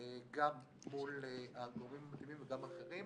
גם מול הגורמים המתאימים וגם אחרים.